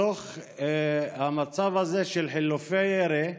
בתוך המצב הזה של חילופי ירי,